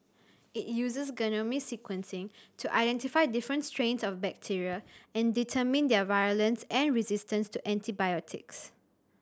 it uses genome sequencing to identify different strains of bacteria and determine their virulence and resistance to antibiotics